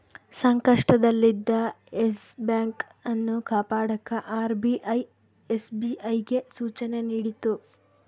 ಸಂಕಷ್ಟದಲ್ಲಿದ್ದ Yes Bank ಅನ್ನು ಕಾಪಾಡಕ ಆರ್.ಬಿ.ಐ ಎಸ್.ಬಿ.ಐಗೆ ಸೂಚನೆ ನೀಡಿತು